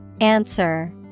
Answer